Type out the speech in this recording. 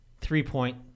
Three-point